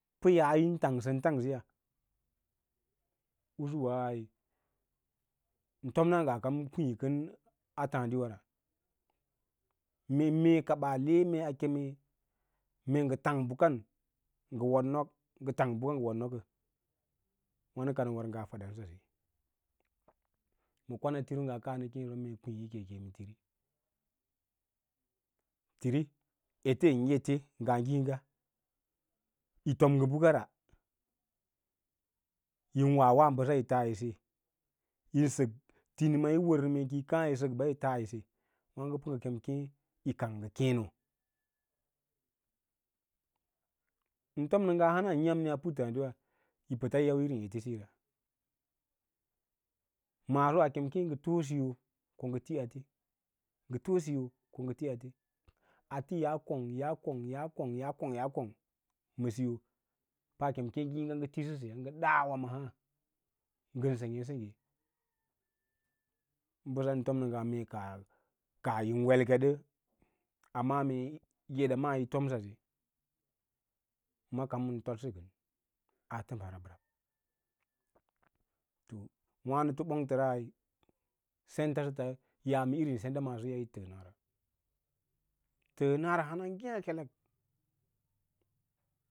Pə yaa yín tang sən kam kwiĩ kən a tǎǎɗiwa ra, mee ka ɓa le mee a keme ahee ngə fang bəkan ngə woda not, ngə tang bəkan ngə wod nok kə wânə ka nə wər nga yifadan, pə. Kwanatiro ngaa kaa nə keẽsəwa tiri eten ete nga ngiĩga yi tom ngə bəkara yin wawa bəsa yi tas yi se yi sək tinima yi wərsə kiyi kaã yi sək b’a yi las yi se, waãgo pə kem keẽ yi kengga keẽno ən təm nə ngaa hananya’mni a puttǎǎdiva yi pəts yi yau inán ete siyi ra maaso a kem keẽ ngə too siyoo ko ngə tí ate ngə too siyoo ko ngə ti ate, ate yaa kong, yaa kong, yaa kong, ya kong yaa kong ma siyoo paa kem keẽ ngiĩga ngə tisə səya ngə ɗa wa maa ngən sengge, sengge, bəsan fom nə ngaa mee ka kaah yin welkedə a ma’ã mee eɗa maa yi fom sase ma kam ən todsə aa təmba rab rab, to wǎnəfo ɓonglərai sen tasəts yaa ma irin senda maasoya yi təənara təənara hana ngêkelek.